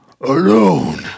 alone